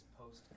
post